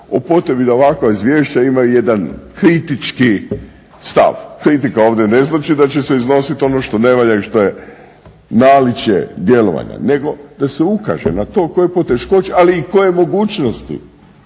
o potrebi da ovakva izvješća imaju jedan kritički stav, kritika ovdje ne znači da će se iznosit ono što ne valja i što je naličje djelovanja nego da se ukaže na to koje poteškoće, ali i koje mogućnosti